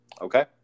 Okay